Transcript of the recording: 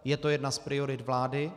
Je to jedna z priorit vlády.